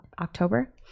October